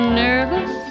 nervous